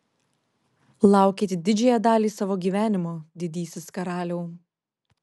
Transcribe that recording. laukėt didžiąją dalį savo gyvenimo didysis karaliau